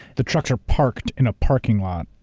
the trucks are parked in a parking lot,